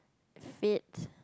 fit